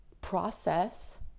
process